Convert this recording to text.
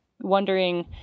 wondering